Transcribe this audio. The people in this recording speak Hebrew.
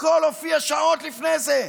הכול הופיע שעות לפני זה.